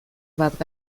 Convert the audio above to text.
bat